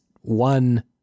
one